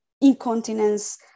incontinence